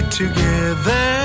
together